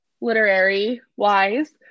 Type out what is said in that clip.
literary-wise